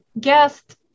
guest